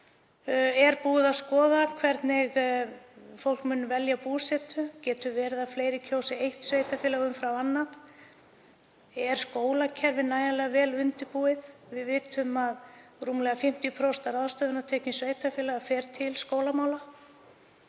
Er búið að skoða hvernig fólk muni velja búsetu? Getur verið að fleiri kjósi eitt sveitarfélag umfram annað? Er skólakerfið nægjanlega vel undirbúið? Við vitum að rúmlega 50% af ráðstöfunartekjum sveitarfélaga fara til skólamála.